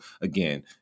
again